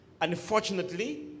unfortunately